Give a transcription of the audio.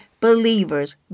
believers